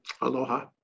Aloha